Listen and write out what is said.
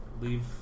Leave